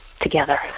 together